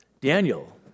Daniel